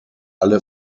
alle